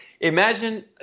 Imagine